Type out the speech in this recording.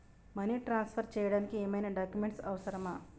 Money transfer చేయడానికి ఏమైనా documents అవసరమా?